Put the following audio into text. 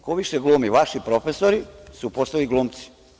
Ko više glumi, vaši profesori su postali glumi.